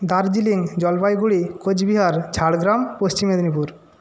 Darjeeling Jalpaiguri Cooch Behar Jhargram Paschim Medinipur